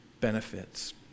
benefits